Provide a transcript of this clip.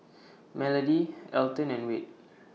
Melody Alton and Wade